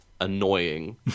annoying